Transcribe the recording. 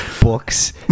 books